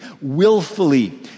willfully